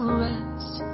rest